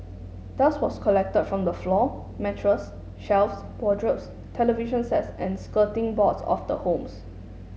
dust was collected from the floor mattress shelves wardrobes television sets and skirting boards of the homes